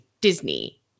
Disney